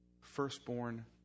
firstborn